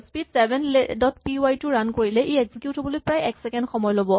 speed seven dot P Y টো run কৰিলে ই এক্সিকিউট হ'বলৈ প্ৰায় এক ছেকেণ্ড সময় ল'ব